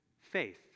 faith